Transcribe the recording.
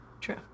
true